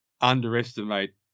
underestimate